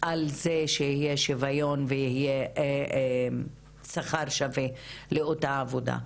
על זה שיהיה שוויון ויהיה שכר שווה לאותה עבודה.